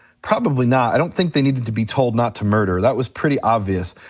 probably not, i don't think they needed to be told not to murder, that was pretty obvious.